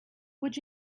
would